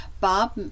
Bob